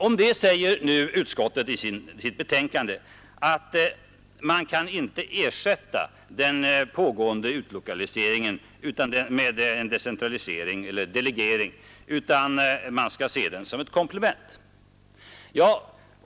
Om detta säger utskottet i sitt betänkande att man inte kan ersätta den pågående utlokaliseringen med en decentralisering eller delegering, utan den skall ses som ett komplement.